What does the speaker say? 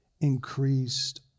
increased